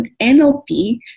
NLP